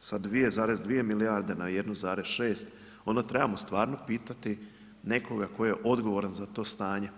sa 2,2 milijarde, na 1,6, onda trebamo stvarno pitati nekoga tko je odgovoran za to stanje.